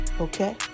Okay